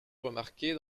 remarquer